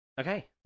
Okay